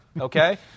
okay